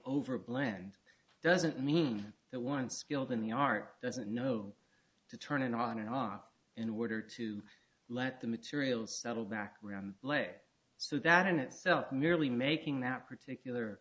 over blend doesn't mean that one skilled in the art doesn't know to turn it on and off in order to let the material settle back lay so that in itself merely making that particular